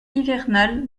hivernal